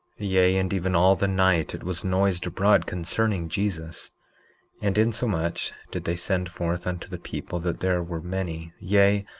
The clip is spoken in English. yea, and even all the night it was noised abroad concerning jesus and insomuch did they send forth unto the people that there were many, yea,